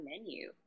menu